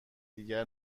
دیگر